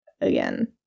again